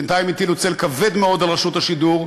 בינתיים הטילו צל כבד מאוד על רשות השידור,